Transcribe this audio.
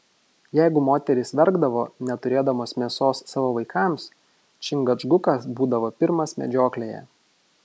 jeigu moterys verkdavo neturėdamos mėsos savo vaikams čingačgukas būdavo pirmas medžioklėje